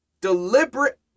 Deliberate